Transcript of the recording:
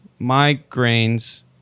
migraines